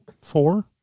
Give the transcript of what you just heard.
Four